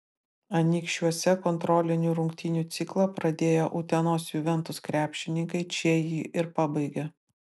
anykščiuose kontrolinių rungtynių ciklą pradėję utenos juventus krepšininkai čia jį ir pabaigė